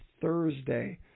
Thursday